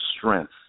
strength